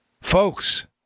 Folks